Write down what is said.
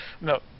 No